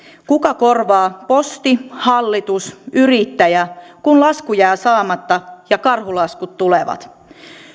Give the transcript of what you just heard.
kuka korvaa posti hallitus yrittäjä kun lasku jää saamatta ja karhulaskut tulevat